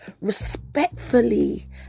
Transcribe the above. Respectfully